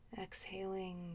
exhaling